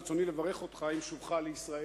אני רוצה לברך אותך עם שובך לישראל.